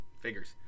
Figures